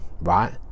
right